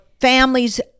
families